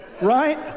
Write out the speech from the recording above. right